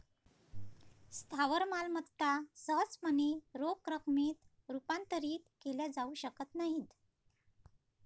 स्थावर मालमत्ता सहजपणे रोख रकमेत रूपांतरित केल्या जाऊ शकत नाहीत